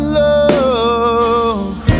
love